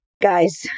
Guys